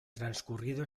transcurrido